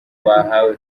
bahawe